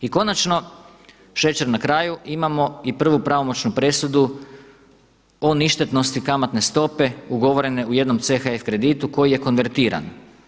I konačno, šećer na kraju imamo i prvu pravomoćnu presudu o ništetnosti kamatne stope ugovorene u jednom CHF kreditu koji je konvertiran.